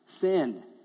sin